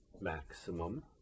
maximum